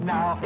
Now